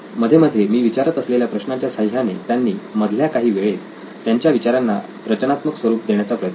मध्ये मध्ये मी विचारत असलेल्या प्रश्नांच्या साह्याने त्यांनी मधल्या काही वेळेत त्यांच्या विचारांना रचनात्मक स्वरूप देण्याचा प्रयत्न केला